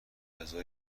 مجازی